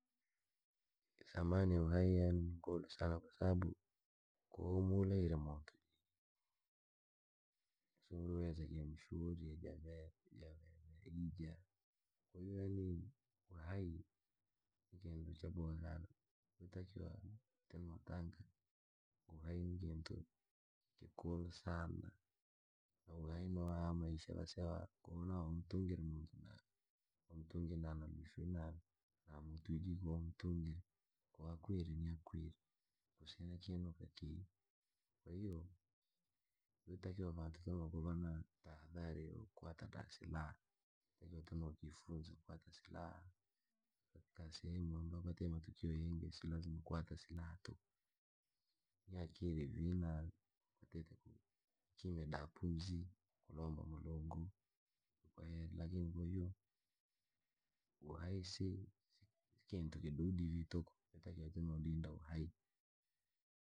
Thamani ya uhai yaani ni nkuulu sana, kwasabu koo wanulaire muntu jii siureweza simshuhuri ja ve are au vee ija. kwahiyo yaani uhai ni kintu chaboha sana. Yotakiwa tinutanga, uhai ni kintu kikuula sana. Uhai ni wamaisha wase konawo mtungire muntu na mtunge nana lushwina na mtujiko mtunge kwa kweli ni kweli. Uhusiano ni kweli ki, kwahiyo, vatakiwa vantu kama vanatahathari kwata basi la tuno kunajifunza kwata silaha. Katika sehemu ambayo matukio yiingi silazima kwata silaha tu. Yakiri vina kwatite ku kimiya daa puzi, kulombo mulongu <> lakini kwahiyo uhai si kintu kiduni vii tuuku. Yatakiwa lazima kulinda uhai.